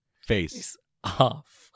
face-off